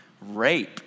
rape